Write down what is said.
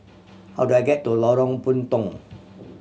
how do I get to Lorong Puntong